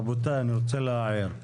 רבותי, אני רוצה להעיר.